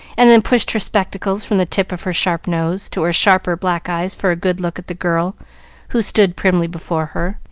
and then pushed her spectacles from the tip of her sharp nose to her sharper black eyes for a good look at the girl who stood primly before her,